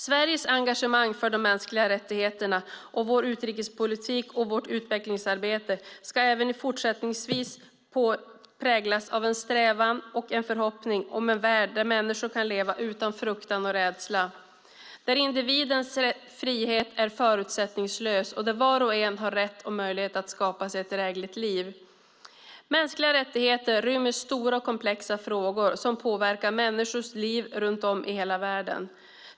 Sveriges engagemang för de mänskliga rättigheterna, vår utrikespolitik och vårt utvecklingsarbete ska även fortsättningsvis präglas av en strävan och en förhoppning om en värld där människor kan leva utan fruktan och rädsla, där individens frihet är förutsättningslös och där var och en har rätt och möjlighet att skapa sig ett drägligt liv. Mänskliga rättigheter rymmer stora och komplexa frågor som påverkar människors liv runt om i hela världen.